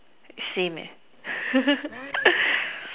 same eh